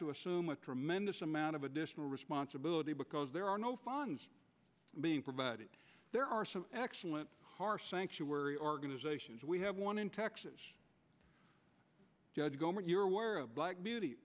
to assume a tremendous amount of additional responsibility because there are no funds being provided there are some excellent har sanctuary organizations we have one in texas judge gomery you're aware of black beauty